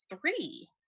three